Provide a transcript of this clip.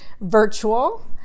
virtual